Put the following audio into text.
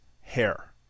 hair